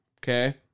Okay